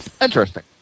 Interesting